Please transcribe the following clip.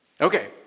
Okay